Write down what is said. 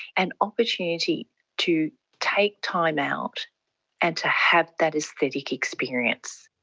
an opportunity to take time out and to have that aesthetic experience.